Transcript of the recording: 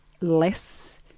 less